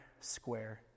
square